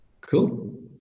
Cool